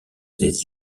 ses